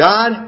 God